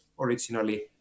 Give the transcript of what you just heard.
originally